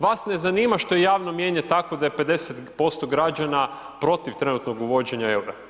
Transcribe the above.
Vas ne zanima što je javno mijenje takvo da je 50% građana protiv trenutnog uvođenja eura.